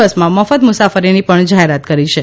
બસમાં મફત મુસાફરીની પણ જાહેરાત કરી છે